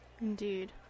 Indeed